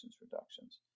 reductions